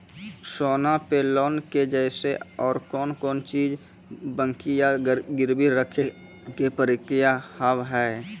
सोना पे लोन के जैसे और कौन कौन चीज बंकी या गिरवी रखे के प्रक्रिया हाव हाय?